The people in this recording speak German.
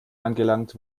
angelangt